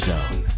Zone